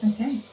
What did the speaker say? Okay